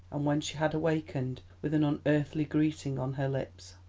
and when she had awakened with an unearthly greeting on her lips.